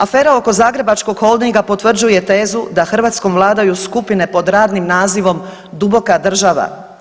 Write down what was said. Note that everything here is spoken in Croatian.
Afera oko zagrebačkog Holdinga potvrđuje tezu da Hrvatskom vladaju skupine pod radnim nazivom duboka država.